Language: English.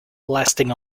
lasting